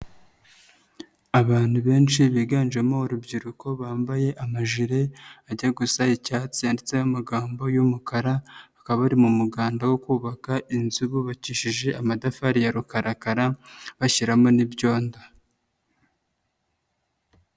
Abantu benshi biganjemo urubyiruko, bambaye amajire, ajya gusa icyatsi yanditseho amagambo y'umukara, bakaba bari mu muganda wo kubaka inzu bubakishije amatafari ya rukarakara, bashyiramo n'ibyodo.